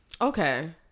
Okay